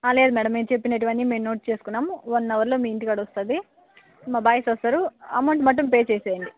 లేదు మేడం మీరు చెప్పినవన్నీ మేము నోట్ చేసుకున్నాం వన్ హావర్లో మీ ఇంటికాడికి వస్తుంది మా బాయ్స్ వస్తారు అమౌంట్ మొత్తం పే చేసేయండి